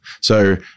So-